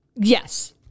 Yes